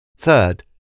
Third